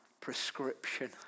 prescription